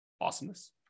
Awesomeness